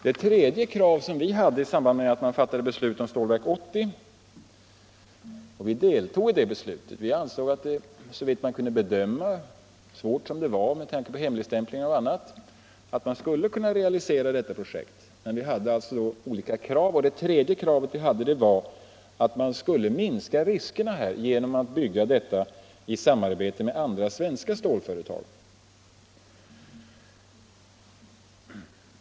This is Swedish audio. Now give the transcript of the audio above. Det tredje krav som vi ställde i samband med att beslut fattades om Stålverk 80 — och vi deltog i det beslutet; vi ansåg att såvitt man kunde bedöma, svårt som det var med tanke på hemligstämplingen och annat, borde projektet kunna realiseras — var att Stålverk 80 skulle byggas i samarbete med andra svenska stålföretag. På detta sätt skulle man kunna minska riskerna med utbyggnaden.